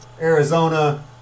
Arizona